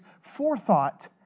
forethought